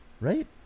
right